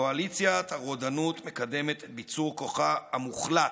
קואליציית הרודנות מקדמת את ביצור כוחה המוחלט.